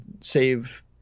save –